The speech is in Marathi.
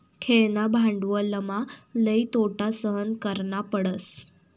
खेळणा भांडवलमा लई तोटा सहन करना पडस